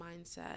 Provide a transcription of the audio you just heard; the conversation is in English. mindset